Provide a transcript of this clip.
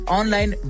online